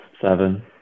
Seven